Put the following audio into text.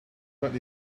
that